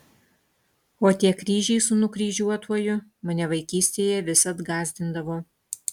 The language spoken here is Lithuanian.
o tie kryžiai su nukryžiuotuoju mane vaikystėje visad gąsdindavo